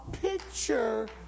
picture